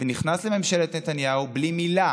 ונכנס לממשלת נתניהו, בלי מילה